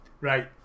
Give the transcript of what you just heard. Right